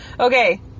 Okay